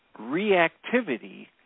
reactivity